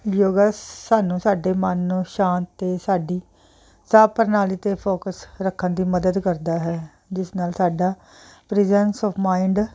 ਯੋਗਾ ਸਾਨੂੰ ਸਾਡੇ ਮਨ ਨੂੰ ਸ਼ਾਂਤ ਅਤੇ ਸਾਡੀ ਸਾਹ ਪ੍ਰਣਾਲੀ 'ਤੇ ਫੋਕਸ ਰੱਖਣ ਦੀ ਮਦਦ ਕਰਦਾ ਹੈ ਜਿਸ ਨਾਲ ਸਾਡਾ ਪ੍ਰਜੈਂਸ ਆਫ ਮਾਇੰਡ